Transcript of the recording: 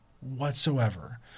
whatsoever